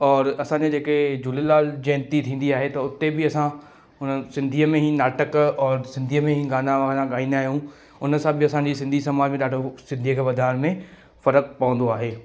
और असांजा जेके झूलेलाल जयंती थींदी आहे त उते बि असां उन्हनि सिंधीअ में ई नाटक और सिंधीअ में ई गाना वाना गाईंदा आहियूं उन सां बि असांजी सिंधी समाज खे ॾाढो सिंधीअ खे वधाइण में फ़र्क़ु पवंदो आहे